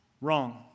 Wrong